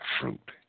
fruit